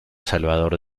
salvador